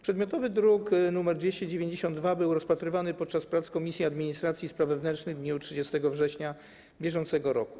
Przedmiotowy druk nr 292 był rozpatrywany podczas prac w Komisji Administracji i Spraw Wewnętrznych w dniu 30 września br.